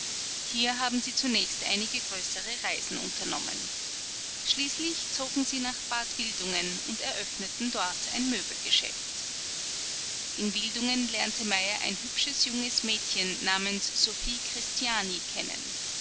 hier haben sie zunächst einige größere reisen unternommen schließlich zogen sie nach bad wildungen und eröffneten dort ein möbelgeschäft in wildungen lernte meyer ein hübsches junges mädchen namens sophie christiani kennen